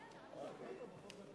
עברה בקריאה